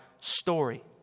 story